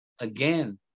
again